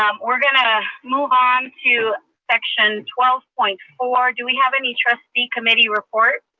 um we're gonna move on to section twelve point four. do we have any trustee committee report?